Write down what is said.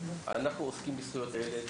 אנחנו עוסקים בזכויות הילד,